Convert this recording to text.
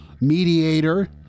mediator